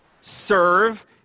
serve